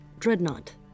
Dreadnought